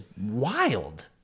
wild